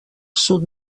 sud